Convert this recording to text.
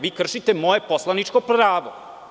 Vi kršite moje poslaničko pravo.